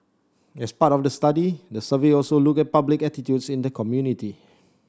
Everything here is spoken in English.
as part of the study the survey also looked at public attitudes in the community